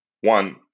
one